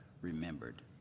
remembered